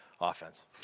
offense